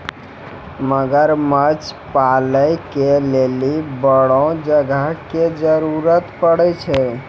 मगरमच्छ पालै के लेली बड़ो जगह के जरुरत पड़ै छै